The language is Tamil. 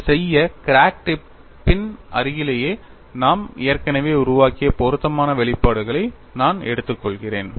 இதைச் செய்ய கிராக் டிப்பின் அருகிலேயே நாம் ஏற்கனவே உருவாக்கிய பொருத்தமான வெளிப்பாடுகளை நான் எடுத்துக்கொள்கிறேன்